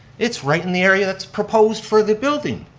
it's right in the area that's proposed for the building.